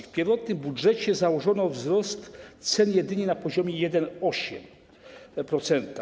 W pierwotnym budżecie założono wzrost cen jedynie na poziomie 1,8%.